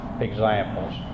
examples